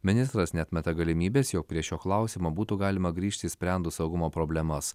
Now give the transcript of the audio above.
ministras neatmeta galimybės jog prie šio klausimo būtų galima grįžti išsprendus saugumo problemas